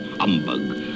humbug